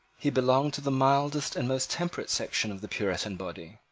he belonged to the mildest and most temperate section of the puritan body.